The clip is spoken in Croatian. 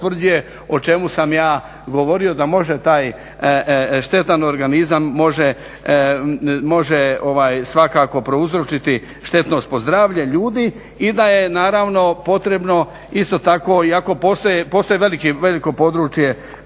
o čemu sam ja govorio da može taj štetan organizam može svakako prouzročiti štetnost po zdravlje ljudi i da je naravno potrebno isto tako iako postoji veliko područje